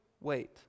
wait